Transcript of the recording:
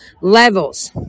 levels